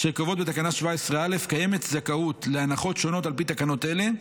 אשר קובעות בתקנה 17(א): "קיימת זכאות להנחות שונות על פי תקנות אלה,